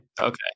Okay